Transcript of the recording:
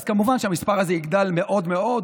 המספר של כמוהן יגדל מאוד מאוד,